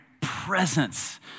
presence